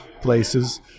places